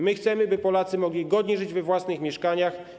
My chcemy, by Polacy mogli godnie żyć we własnych mieszkaniach.